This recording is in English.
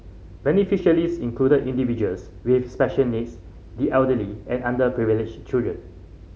included individuals with special needs the elderly and underprivileged children